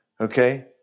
okay